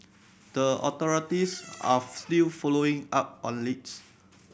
the authorities are still following up on leads